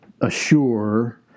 assure